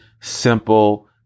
simple